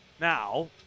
Now